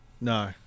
No